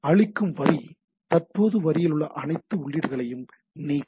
அழிக்கும் வரி தற்போதைய வரியில் உள்ள அனைத்து உள்ளீடுகளையும் நீக்கும்